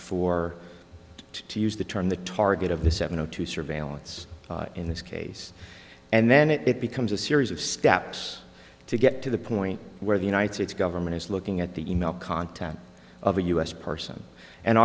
for to use the term the target of the seven o two surveillance in this case and then it becomes a series of steps to get to the point where the united states government is looking at the e mail content of a u s person and